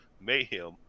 Mayhem